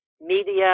media